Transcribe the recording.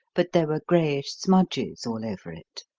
but there were greyish smudges all over it.